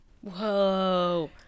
Whoa